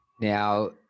Now